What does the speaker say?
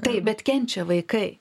taip bet kenčia vaikai